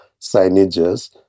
signages